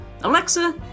Alexa